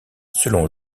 selon